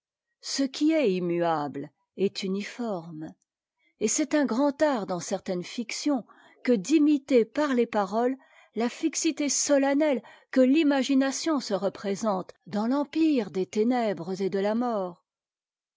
ce qui est immuable est uniforme et c'est un grand art dans certaines fictions que d'imiter par les paroles la fixité solennelle que l'imagination se représente dans l'empire des ténèbres et de la mort